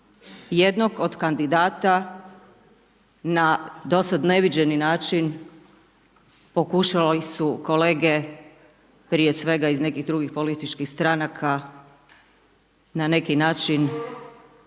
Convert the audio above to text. Jednog od kandidata na dosad neviđeni način pokušali su kolege, prije svega iz nekih drugim političkih stranaka, na neki način